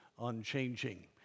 unchanging